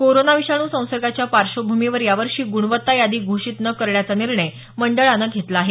corona विषाणू संसर्गाच्या पार्श्वभूमीवर यावर्षी ग्णवत्ता यादी घोषित न करण्याचा निर्णय मंडळानं घेतला आहे